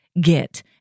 get